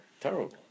terrible